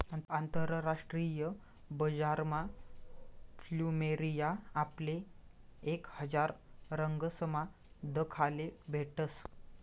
आंतरराष्ट्रीय बजारमा फ्लुमेरिया आपले एक हजार रंगसमा दखाले भेटस